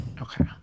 Okay